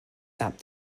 sap